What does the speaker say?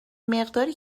مقداری